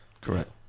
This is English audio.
correct